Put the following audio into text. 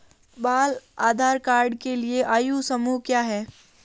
बाल आधार कार्ड के लिए आयु समूह क्या है?